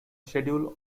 schedule